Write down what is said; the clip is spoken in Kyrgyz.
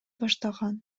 баштаган